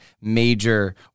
major